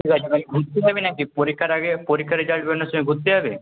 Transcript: ঠিক আছে তাহলে ঘুরতে যাবি নাকি পরীক্ষার আগে পরীক্ষার রেজাল্ট বেরোনোর সময় ঘুরতে যাবি